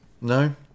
No